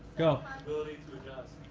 ability to adjust.